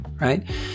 right